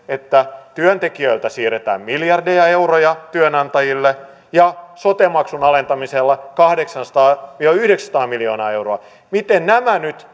että kun työntekijöiltä siirretään miljardeja euroja työnantajille ja sote maksun alentamisella kahdeksansataa viiva yhdeksänsataa miljoonaa euroa niin nämä nyt